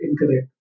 incorrect